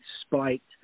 spiked